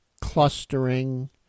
clustering